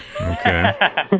Okay